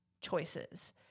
choices